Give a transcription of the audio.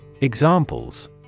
Examples